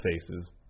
faces